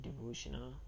devotional